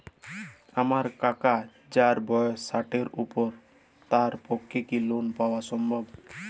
আমার কাকা যাঁর বয়স ষাটের উপর তাঁর পক্ষে কি লোন পাওয়া সম্ভব?